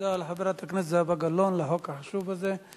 תודה לחברת הכנסת זהבה גלאון על החוק החשוב הזה.